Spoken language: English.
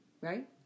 right